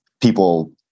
people